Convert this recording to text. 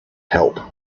help